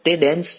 તે ડેન્સ છે